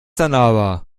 aber